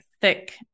thick